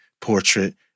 portrait